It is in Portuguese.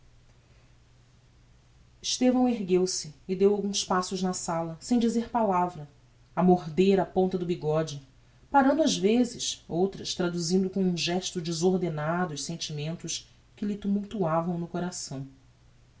estevão ergueu-se e deu alguns passos na sala sem dizer palavra a morder a ponta do bigode parando ás vezes outras traduzindo com um gesto desordenado os sentimentos que lhe tumultuavam no coração